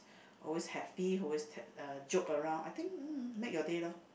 always happy always tell uh joke around I think make you day loh